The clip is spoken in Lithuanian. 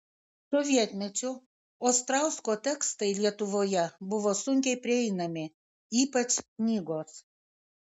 sovietmečiu ostrausko tekstai lietuvoje buvo sunkiai prieinami ypač knygos